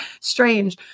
strange